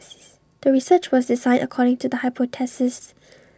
the research was designed according to the hypothesis